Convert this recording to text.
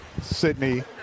Sydney